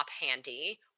handy